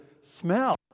smell